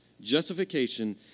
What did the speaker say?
Justification